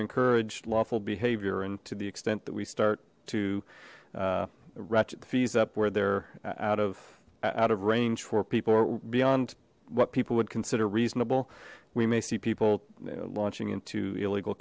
encourage lawful behavior and to the extent that we start to ratchet the fees up where they're out of out of range for people beyond what people would consider reasonable we may see people launching into illegal